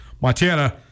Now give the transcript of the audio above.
Montana